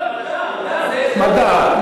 מדע.